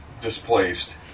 displaced